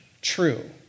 true